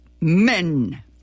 men